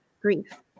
grief